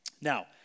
Now